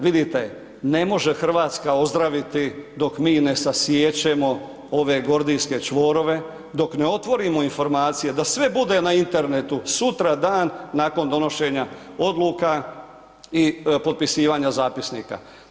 Vidite, ne može Hrvatska ozdraviti dok mi ne sasiječemo ove gordijske čvorove, dok ne otvorimo informacije da sve bude na internetu sutradan nakon donošenja odluka i potpisivanja zapisnika.